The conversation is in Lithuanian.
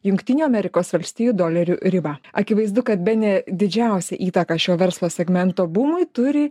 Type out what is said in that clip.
jungtinių amerikos valstijų dolerių ribą akivaizdu kad bene didžiausią įtaką šio verslo segmento bumui turi